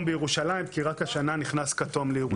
בירושלים כי רק השנה נכנס כתום לירושלים.